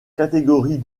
catégorie